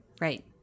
Right